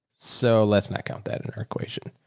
so let's not count that in our equation,